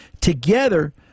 Together